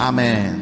Amen